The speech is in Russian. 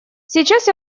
сейчас